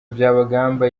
byabagamba